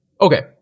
Okay